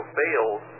fails